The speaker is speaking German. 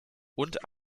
und